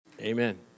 Amen